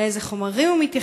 4. לאילו חומרים הוא מתייחס?